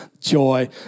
joy